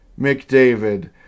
McDavid